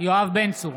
יואב בן צור,